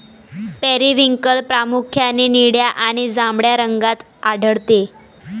periwinkle प्रामुख्याने निळ्या आणि जांभळ्या रंगात आढळते